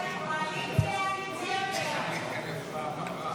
נצביע כעת על הסתייגות שמספרה 28. הצבעה.